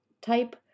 type